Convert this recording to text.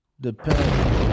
Depends